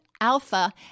Alpha